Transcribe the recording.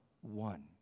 one